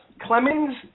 Clemens